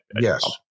Yes